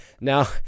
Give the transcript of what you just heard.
Now